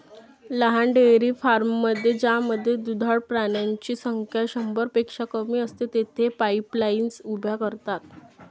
लहान डेअरी फार्ममध्ये ज्यामध्ये दुधाळ प्राण्यांची संख्या शंभरपेक्षा कमी असते, तेथे पाईपलाईन्स उभ्या करतात